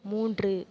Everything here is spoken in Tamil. மூன்று